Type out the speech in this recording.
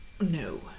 no